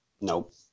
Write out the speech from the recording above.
Nope